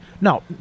No